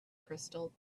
crystal